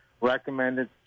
recommended